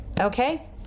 Okay